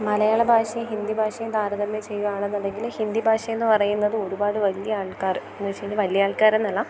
മലയാള ഭാഷയും ഹിന്ദി ഭാഷയും താരതമ്യം ചെയ്യുവാണെന്നുണ്ടെങ്കിൽ ഹിന്ദി ഭാഷ എന്നു പറയുന്നത് ഒരുപാട് വലിയ ആൾക്കാർ എന്നു വെച്ചാൽ വലിയ ആൾക്കാരെന്നല്ല